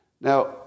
now